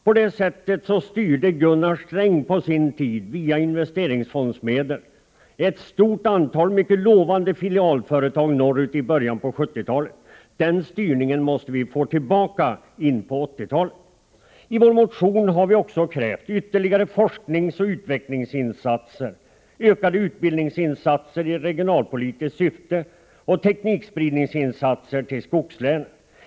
På det sättet styrde Gunnar Sträng på sin tid via investeringsfondsmedel ett stort antal mycket lovande filialföretag norrut i början av 1970-talet. Den styrningen måste vi få tillbaka in på 1980-talet. I vår motion har vi också krävt ytterligare forskningsoch utvecklingsinsatser, ökade utbildningsinsatser i regionalpolitiskt syfte och teknikspridningsinsatser till skogslänen.